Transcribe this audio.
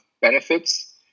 benefits